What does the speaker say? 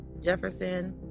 Jefferson